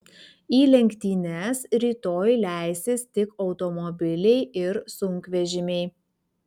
į lenktynes rytoj leisis tik automobiliai ir sunkvežimiai